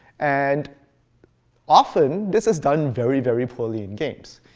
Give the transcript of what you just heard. and often this is done very, very poorly in games.